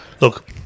look